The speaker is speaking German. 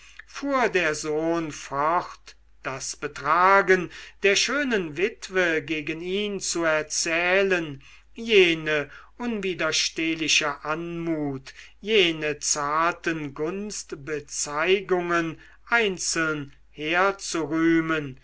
fuhr der sohn fort das betragen der schönen witwe gegen ihn zu erzählen jene unwiderstehliche anmut jene zarten gunstbezeigungen einzeln